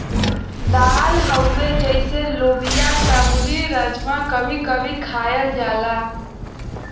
दाल हउवे जइसे लोबिआ काबुली, राजमा कभी कभी खायल जाला